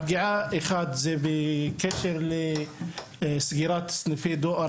הפגיעה זה בקשר לסגירת סניפי דואר